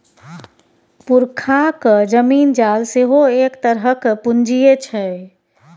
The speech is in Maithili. पुरखाक जमीन जाल सेहो एक तरहक पूंजीये छै